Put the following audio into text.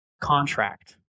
contract